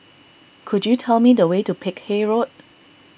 could you tell me the way to Peck Hay Road